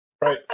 right